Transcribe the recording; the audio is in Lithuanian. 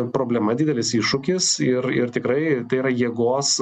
problema didelis iššūkis ir ir tikrai tai yra jėgos